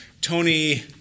Tony